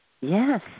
Yes